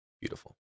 Beautiful